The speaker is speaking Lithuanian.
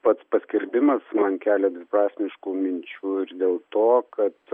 pats paskelbimas man kelia dviprasmiškų minčių ir dėl to kad